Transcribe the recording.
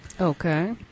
Okay